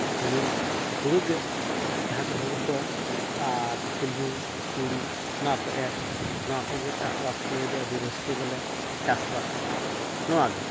ᱦᱩᱲᱩ ᱦᱩᱲᱩᱜᱮ ᱡᱟᱦᱟᱸ ᱫᱚ ᱦᱩᱲᱩ ᱠᱚ ᱟᱨ ᱛᱤᱞᱢᱤᱧ ᱱᱚᱣᱟ ᱠᱚ ᱮᱨ ᱱᱚᱣᱟ ᱠᱚᱜᱮ ᱪᱟᱥ ᱵᱟᱥ ᱥᱚᱢᱚᱭ ᱫᱚ ᱟᱹᱰᱤ ᱨᱟᱹᱥᱠᱟᱹ ᱜᱮᱞᱮ ᱪᱟᱥᱼᱵᱟᱥᱟ ᱱᱚᱣᱟᱜᱮ